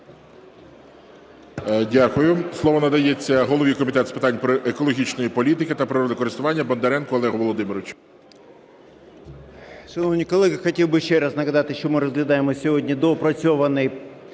Дякую. Слово надається голові Комітету з питань екологічної політики та природокористування Бондаренку Олегу Володимировичу.